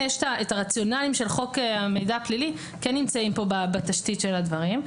יש את הרציונלים של חוק המידע הפלילי והם כן בתשתית של הדברים.